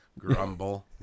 Grumble